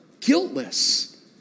guiltless